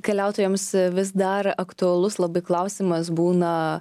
keliautojams vis dar aktualus labai klausimas būna